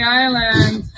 island